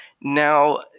now